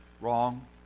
Wrong